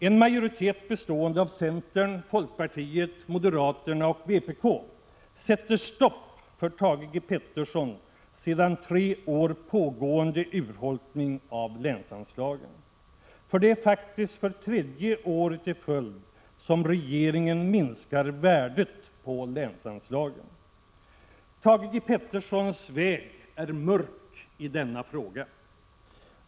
En majoritet bestående av centern, folkpartiet, moderaterna och vpk sätter stopp för Thage G. Petersons sedan tre år pågående urholkning av länsanslagen. Det är faktiskt för tredje året i följd som regeringen minskar värdet av länsanslagen. Thage G. Petersons väg är mörk i denna fråga.